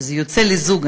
שזה יוצא לזוג,